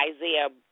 Isaiah